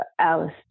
Alice